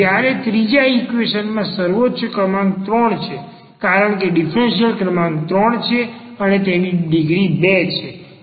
જ્યારે ત્રીજા ઈક્વેશન માં સર્વોચ્ચ ક્રમાંક 3 છે કારણ કે ડીફરન્સીયલ ક્રમાંક 3 છે અને તેની ડિગ્રી 2 છે